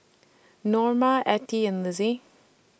Norma Attie and Lizzie